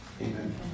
Amen